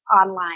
online